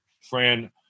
Fran